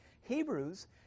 Hebrews